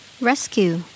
rescue